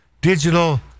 digital